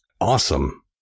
awesome